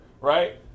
right